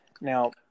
Now